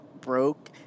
broke